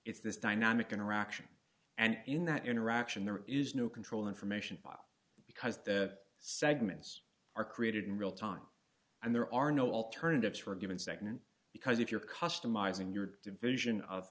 it's this dynamic interaction and in that interaction there is no control information because the segments are created in real time and there are no alternatives for a given nd because if you're customizing your division of